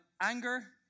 anger